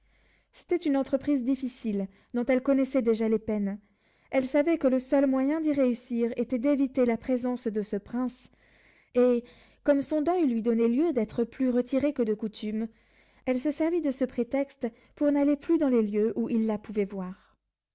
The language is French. c'était une entreprise difficile dont elle connaissait déjà les peines elle savait que le seul moyen d'y réussir était d'éviter la présence de ce prince et comme son deuil lui donnait lieu d'être plus retirée que de coutume elle se servit de ce prétexte pour n'aller plus dans les lieux où il la pouvait voir